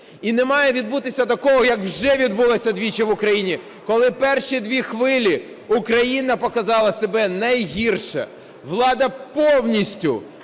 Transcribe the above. І не має відбутися такого, як вже відбулося двічі в Україні, коли перші дві хвилі Україна показала себе найгірше. Влада повністю,